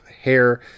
hair